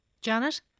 Janet